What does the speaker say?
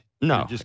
No